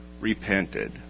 repented